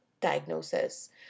diagnosis